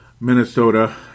Minnesota